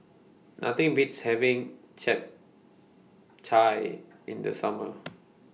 Nothing Beats having Japchae in The Summer